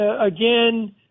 again